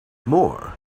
more